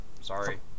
sorry